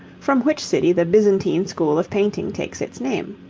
from which city the byzantine school of painting takes its name.